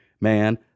man